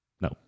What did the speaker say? No